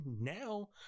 now